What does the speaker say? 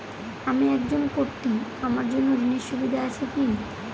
আমি একজন কট্টি আমার জন্য ঋণের সুবিধা আছে কি?